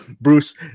Bruce